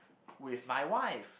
with my wife